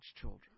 children